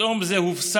ופתאום זה הופסק